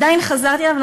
עדיין חזרתי אליו,